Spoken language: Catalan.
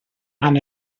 amb